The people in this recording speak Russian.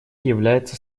является